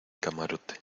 camarote